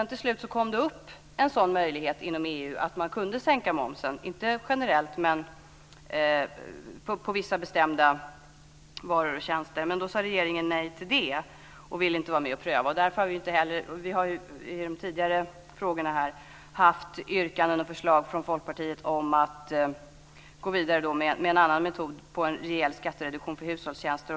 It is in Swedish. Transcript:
Till slut kom möjligheten upp inom EU att sänka momsen, inte generellt men på vissa bestämda varor och tjänster, men då sade regeringen nej och ville inte vara med och pröva det. Vi har ju i tidigare frågor här fört fram förslag och yrkanden från Folkpartiet om att gå vidare med en annan metod för en reell skattereduktion för hushållstjänster.